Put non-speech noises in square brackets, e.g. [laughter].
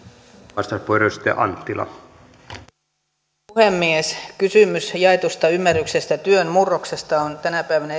arvoisa arvoisa puhemies kysymys jaetusta ymmärryksestä työn murroksesta on tänä päivänä [unintelligible]